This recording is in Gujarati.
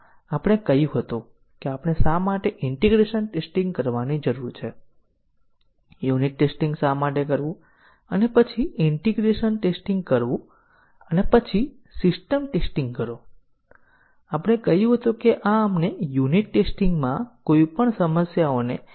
હવે આપણે કહીએ છીએ કે વેરિયેબલ X એક સ્ટેટમેન્ટ S1 પર જીવંત છે વેરિયેબલ જીવંત છે જો x ને સ્ટેટમેન્ટ S પર વ્યાખ્યાયિત કરવામાં આવે છે અને S અને S1 ની વચ્ચે X ની આગળ કોઈ વ્યાખ્યા નથી